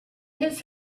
his